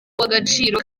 w’agaciro